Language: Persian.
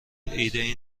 ایدهای